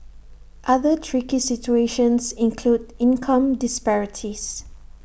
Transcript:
other tricky situations include income disparities